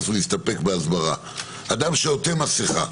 ולהסתפק בהסברה ---: אדם שעוטה מסכה,